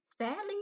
Sadly